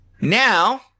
now